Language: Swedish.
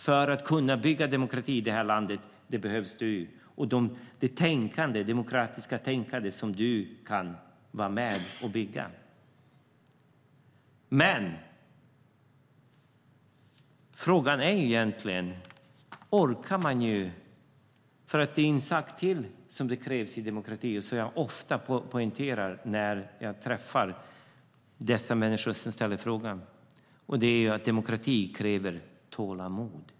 För att kunna bygga demokrati i det här landet behövs du och det demokratiska tänkande som du kan vara med och bygga. Men frågan är egentligen om man orkar, för det är en sak till som krävs när det gäller demokrati som jag ofta får poängtera när jag träffar dessa människor som ställer frågan, nämligen tålamod.